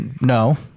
no